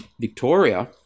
Victoria